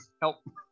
Help